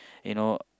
you know